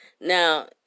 Now